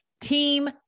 team